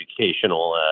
educational